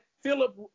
Philip